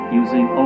using